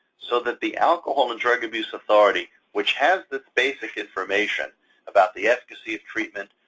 so that the alcohol and drug abuse authority, which has the basic information about the efficacy of treatment,